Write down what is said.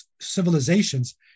civilizations